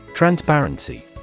Transparency